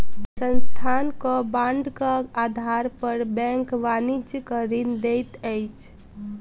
संस्थानक बांडक आधार पर बैंक वाणिज्यक ऋण दैत अछि